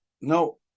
no